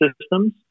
systems